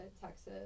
Texas